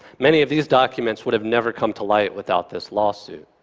many of these documents would have never come to light without this lawsuit.